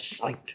sight